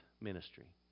Ministry